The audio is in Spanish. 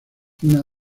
una